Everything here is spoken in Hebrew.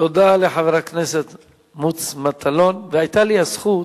תודה לחבר הכנסת מוץ מטלון, והיתה לי הזכות,